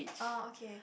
oh okay